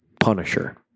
Punisher